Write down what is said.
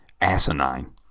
asinine